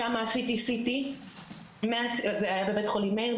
שם עשיתי CT בבית חולים מאיר,